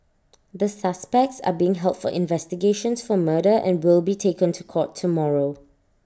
the suspects are being held for investigations for murder and will be taken to court tomorrow